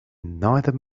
neither